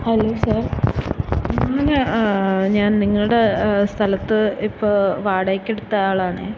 hello sir ഞാൻ ഞാന് നിങ്ങളുടെ സ്ഥലത്ത് ഇപ്പോൾ വാടകയ്ക്കെടുത്ത ആളാണേ